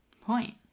point